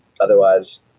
otherwise